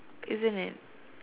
isn't it